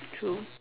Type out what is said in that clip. true